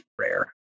rare